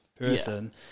person